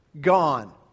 gone